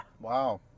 Wow